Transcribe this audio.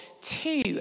two